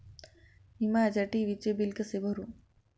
मी माझ्या टी.व्ही चे बिल कसे भरू?